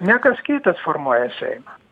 ne kas kitas formuoja seimą